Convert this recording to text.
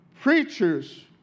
Preachers